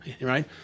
Right